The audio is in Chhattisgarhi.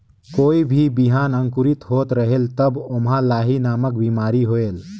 कोई भी बिहान अंकुरित होत रेहेल तब ओमा लाही नामक बिमारी होयल?